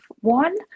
one